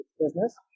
business